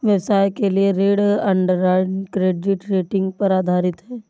व्यवसायों के लिए ऋण अंडरराइटिंग क्रेडिट रेटिंग पर आधारित है